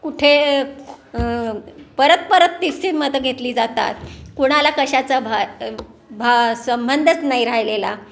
कुठे परत परत तीच तीच मतं घेतली जातात कुणाला कशाचा भा भा संबंधच नाही राहिलेला